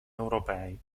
europei